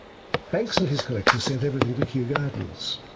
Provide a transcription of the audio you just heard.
banks and his collectors sent everything to kew gardens.